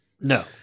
No